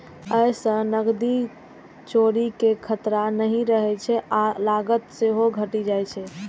अय सं नकदीक चोरी के खतरा नहि रहै छै आ लागत सेहो घटि जाइ छै